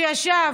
שישב